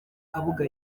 kabuga